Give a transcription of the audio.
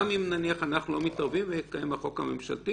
אם אנחנו לא מתערבים ומתקיים בחוק הממשלתי